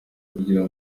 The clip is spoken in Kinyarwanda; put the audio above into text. kugira